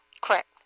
Correct